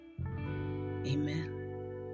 Amen